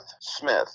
Smith